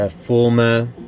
former